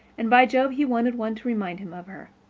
and by jove, he wanted one to remind him of her.